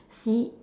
see